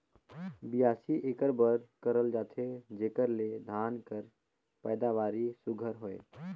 बियासी एकर बर करल जाथे जेकर ले धान कर पएदावारी सुग्घर होए